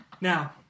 Now